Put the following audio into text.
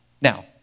Now